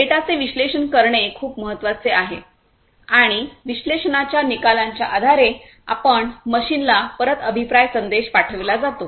data चे विश्लेषण करणे खूप महत्वाचे आहे आणि विश्लेषणाच्या निकालांच्या आधारे आपण मशीनला परत अभिप्राय संदेश पाठविला जातो